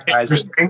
Interesting